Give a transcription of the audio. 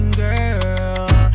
girl